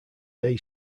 day